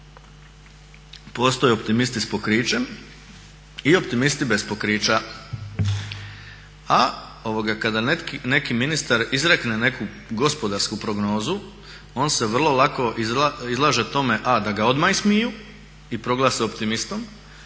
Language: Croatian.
postoje optimisti s pokrićem i optimisti bez pokrića. A kada neki ministar izrekne neku gospodarsku prognozu on se vrlo lako izlaže tome, a da ga odmah ismiju i proglase optimistom,